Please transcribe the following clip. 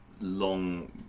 long